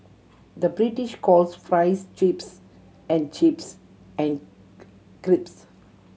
the British calls fries chips and chips and crisps